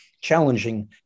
challenging